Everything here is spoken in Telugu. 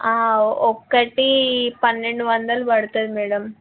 ఒక్కటి పన్నెండు వందలు పడుతుంది మేడమ్